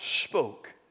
spoke